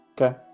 Okay